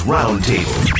Roundtable